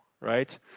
right